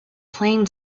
playing